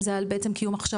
זה בעצם על קיום הכשרות,